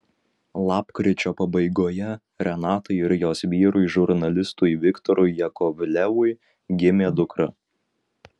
lapkričio pabaigoje renatai ir jos vyrui žurnalistui viktorui jakovlevui gimė dukra